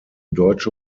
deutsche